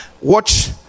Watch